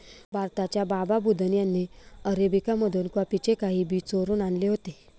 भारताच्या बाबा बुदन यांनी अरेबिका मधून कॉफीचे काही बी चोरून आणले होते